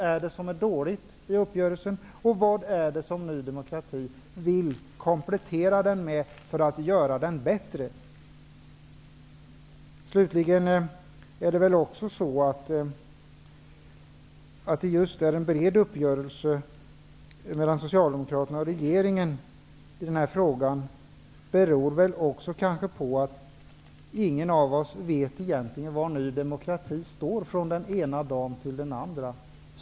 Vad är dåligt i uppgörelsen, och vad vill Ny demokrati komplettera den med för att göra den bättre? Att det har blivit en bred uppgörelse i denna fråga mellan Socialdemokraterna och regeringen beror också på att ingen av oss egentligen vet var Ny demokrati står från den ena dagen till den andra.